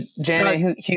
Janet